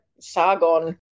Sargon